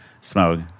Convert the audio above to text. smoke